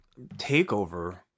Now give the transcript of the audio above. TakeOver